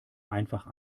einfach